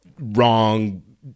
wrong